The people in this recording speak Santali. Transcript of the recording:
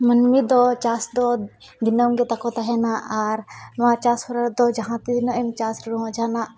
ᱢᱟᱹᱱᱢᱤᱫᱚ ᱪᱟᱥᱫᱚ ᱫᱤᱱᱟᱹᱢᱜᱮᱛᱟᱠᱚ ᱛᱟᱦᱮᱱᱟ ᱟᱨ ᱱᱚᱣᱟ ᱪᱟᱥᱦᱚᱨᱟ ᱨᱮᱫᱚ ᱡᱟᱦᱟᱸ ᱛᱤᱱᱟᱹᱜᱮᱢ ᱪᱟᱥ ᱨᱮᱦᱚᱸ ᱡᱟᱦᱟᱱᱟᱜ